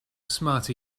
smart